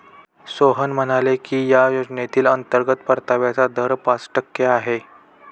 सोहन म्हणाले की या योजनेतील अंतर्गत परताव्याचा दर पाच टक्के आहे